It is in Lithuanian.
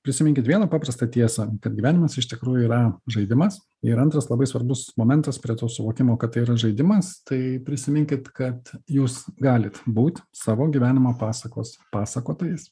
prisiminkit vieną paprastą tiesą kad gyvenimas iš tikrųjų yra žaidimas ir antras labai svarbus momentas prie to suvokimo kad tai yra žaidimas tai prisiminkit kad jūs galit būt savo gyvenimo pasakos pasakotojais